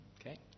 Okay